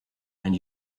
and